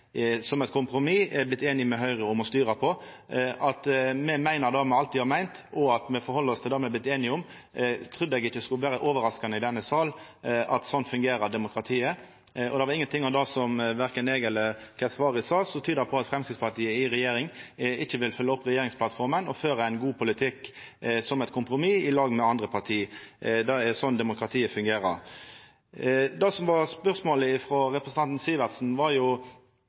Høgre om å styra på. At me meiner det me alltid har meint, og at me held oss til det me har vorte einige om, trudde eg ikkje skulle vera overraskande for nokon i denne salen, for sånn fungerer demokratiet. Det var ingenting av det som verken eg eller Keshvari sa, som tyder på at Framstegspartiet i regjering ikkje vil følgja opp regjeringsplattforma og føra ein god politikk som eit kompromiss i lag med andre parti. Det er sånn demokratiet fungerer. Det som var spørsmålet frå representanten Sivertsen, var